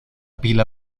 pila